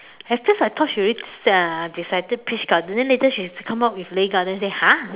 at first I thought she already uh decided peach garden then later she come up with Lei Garden then I say !huh!